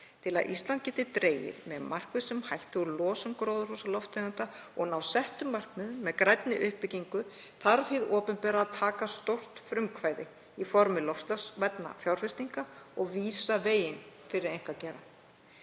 Til að Ísland geti dregið með markvissum hætti úr losun gróðurhúsalofttegunda og náð settum markmiðum með grænni uppbyggingu þarf hið opinbera að taka stórt frumkvæði í formi loftslagsvænna fjárfestinga og vísa veginn fyrir einkageirann.